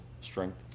strength